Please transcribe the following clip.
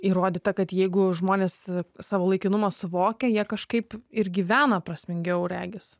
įrodyta kad jeigu žmonės savo laikinumą suvokia jie kažkaip ir gyvena prasmingiau regis